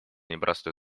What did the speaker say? непростой